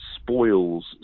spoils